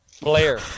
Blair